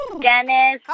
Dennis